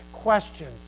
Questions